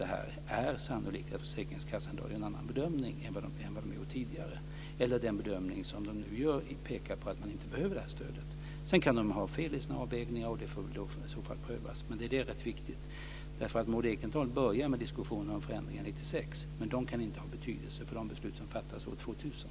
Men grunden är sannolikt att försäkringskassan i dag gör en annan bedömning än vad den har gjort tidigare, eller att den bedömning som den nu gör pekar på att man inte behöver stödet. Sedan kan försäkringskassan ha fel i sina avvägningar. Det får i så fall prövas. Det är rätt viktigt. Maud Ekendahl börjar med diskussionen om förändringar år 1996. Men de kan inte ha betydelse för de beslut som fattas år 2000.